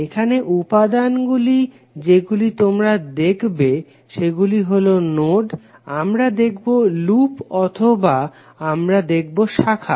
এখানে উপাদানগুলি যেগুলি তোমরা দেখবে সেগুলি হলো নোড আমরা দেখবো লুপ অথবা আমরা দেখবো শাখা